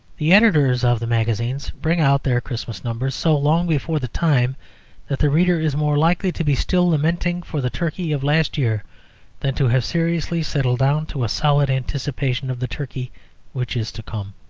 the editors of the magazines bring out their christmas numbers so long before the time that the reader is more likely to be still lamenting for the turkey of last year than to have seriously settled down to a solid anticipation of the turkey which is to come.